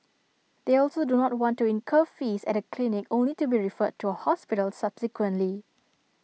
they also do not want to incur fees at A clinic only to be referred to A hospital subsequently